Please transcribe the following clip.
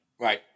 Right